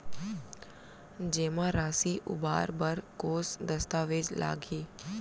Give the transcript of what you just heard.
जेमा राशि उबार बर कोस दस्तावेज़ लागही?